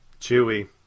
Chewie